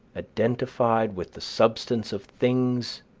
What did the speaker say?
identified with the substance of things,